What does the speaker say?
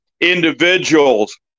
individuals